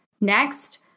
Next